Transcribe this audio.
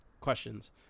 questions